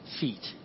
feet